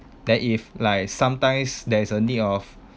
then if like sometimes there is a need of